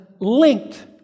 Linked